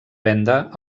venda